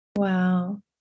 Wow